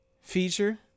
feature